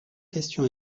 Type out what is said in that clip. question